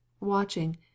watching